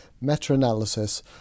meta-analysis